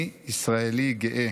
אני ישראלי גאה!